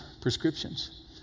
prescriptions